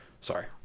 sorry